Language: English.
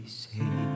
say